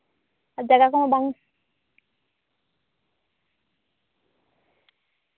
ᱟᱨ ᱫᱟᱬᱟ ᱠᱚᱦᱚᱸ ᱵᱟᱝ